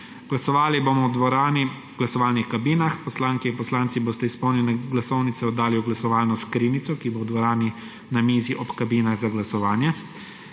Glasovali bomo v dvorani v glasovalnih kabinah. Poslanke in poslanci boste izpolnjene glasovnice oddali v glasovalno skrinjico, ki bo v dvorani na mizi ob kabinah za glasovanje.